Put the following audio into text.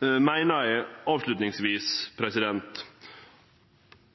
meiner eg